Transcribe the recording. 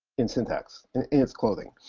in syntax, in its clothing.